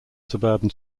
suburban